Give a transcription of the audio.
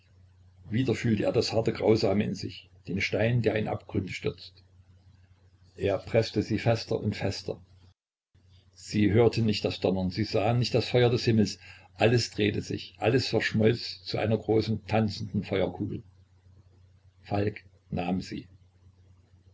wieder fühlte er das harte grausame in sich den stein der in abgründe stürzt er preßte sie fester und fester sie hörten nicht das donnern sie sahen nicht das feuer des himmels alles drehte sich alles verschmolz zu einer großen tanzenden feuerkugel falk nahm sie